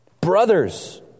Brothers